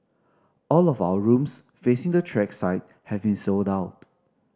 all of our rooms facing the track side have been sold out